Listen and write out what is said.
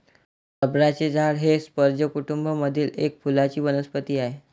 रबराचे झाड हे स्पर्ज कुटूंब मधील एक फुलांची वनस्पती आहे